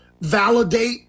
validate